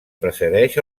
precedeix